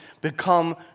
become